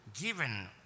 given